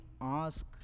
ask